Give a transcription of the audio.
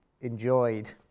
enjoyed